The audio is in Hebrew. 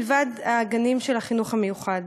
מלבד הגנים של החינוך המיוחד.